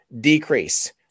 decrease